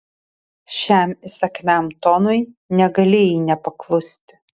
šiam įsakmiam tonui negalėjai nepaklusti